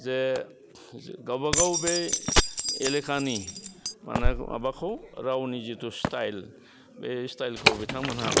जे गावबागाव बे एलेकानि माने माबाखौ रावनि जिथु स्टाइल बे स्टाइलखौ बिथांमोनहा